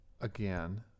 again